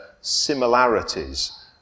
similarities